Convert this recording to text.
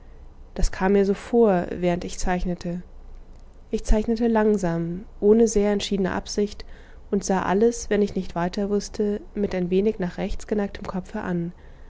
das kam mir so vor während ich zeichnete ich zeichnete langsam ohne sehr entschiedene absicht und sah alles wenn ich nicht weiter wußte mit ein wenig nach rechts geneigtem kopfe an